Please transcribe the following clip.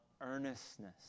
earnestness